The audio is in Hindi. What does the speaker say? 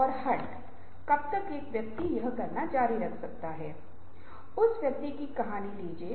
जैसा कि मैंने पहले उल्लेख किया कार्यान्वित रचनात्मकता ही नवीनीकरण है